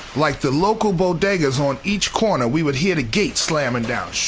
like the local bodega's on each corner, we would hear the gates slamming down,